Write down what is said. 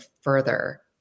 further